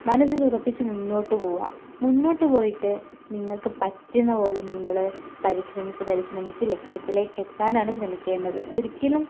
മനസ്സിലുറപ്പിച്ച് മുന്നോട്ട് പോവുക മുന്നോട്ട് പോയിട്ട് നിങ്ങൾക്ക് പറ്റുന്നതുപോലെ നിങ്ങൾ പരിശ്രമിച്ച് പരിശ്രമിച്ച് ലക്ഷ്യത്തിലേയ്ക്ക് എത്താനാണ് ശ്രമിക്കേണ്ടത് ഒരിക്കലും